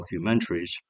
documentaries